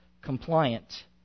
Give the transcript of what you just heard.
compliant